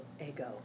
ego